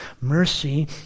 mercy